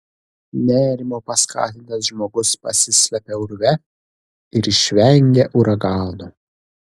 nerimo paskatintas žmogus pasislepia urve ir išvengia uragano